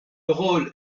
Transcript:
rôle